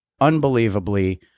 unbelievably